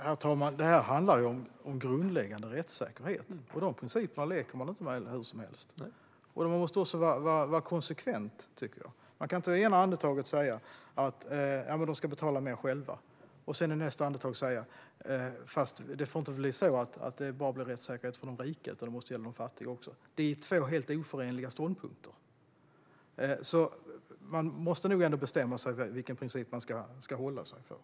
Herr talman! Här handlar det om grundläggande rättssäkerhet, och de principerna leker man inte med hur som helst. Man måste också vara konsekvent. Man kan inte i ena andetaget säga att folk ska betala mer själva och i nästa andetag säga att det inte får bli rättssäkerhet bara för de rika utan även för de fattiga. Det här är två helt oförenliga ståndpunkter. Man måste nog bestämma sig för vilken princip man ska hålla sig till.